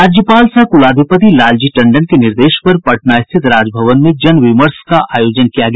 राज्यपाल सह कुलाधिपति लालजी टंडन के निर्देश पर पटना स्थित राजभवन में जन विमर्श का आयोजन किया गया